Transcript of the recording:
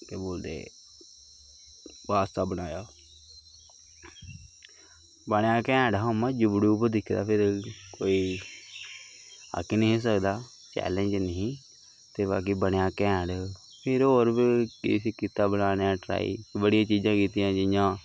केह् बोलदे पास्ता बनाया बनेआ कैंह्ट हा उ'यां यूटयूब पर दिक्खे दा हा फिर कोई आक्खी नेईं हा सकदा चैलेंज नेईं बाकी बनेआ कैंह्ट फिर होर बी किश कीता बनाने दा ट्राई बड़ी चीजां कीतियां जियां